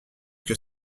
que